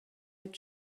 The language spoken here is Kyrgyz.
деп